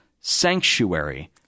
sanctuary